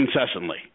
incessantly